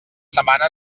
setmana